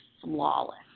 flawless